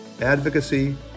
advocacy